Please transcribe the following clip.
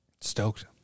Stoked